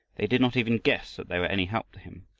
they did not even guess that they were any help to him,